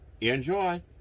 Enjoy